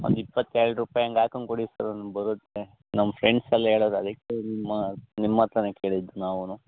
ಒಂದು ಇಪ್ಪತ್ತು ಎರಡು ರೂಪಾಯಿ ಹಂಗ್ ಹಾಕೊಂಡ್ ಕೊಡಿ ಸರ್ ಬರುತ್ತೆ ನಮ್ಮ ಫ್ರೆಂಡ್ಸೆಲ್ಲ ಹೇಳದು ಅದಕ್ಕೆ ನಿಮ್ಮ ನಿಮ್ಮತ್ತರಾನೆ ಕೇಳಿದ್ದು ನಾವುನು